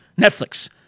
Netflix